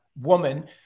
woman